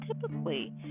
typically